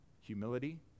humility